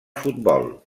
futbol